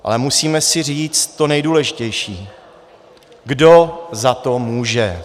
Ale musíme si říct to nejdůležitější: kdo za to může.